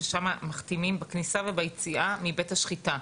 ששם מחתימים בכניסה וביציאה מבית השחיטה.